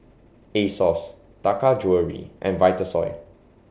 Asos Taka Jewelry and Vitasoy